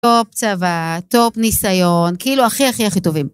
טוב צבא, טוב ניסיון, כאילו הכי הכי הכי טובים.